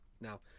Now